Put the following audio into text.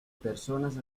personas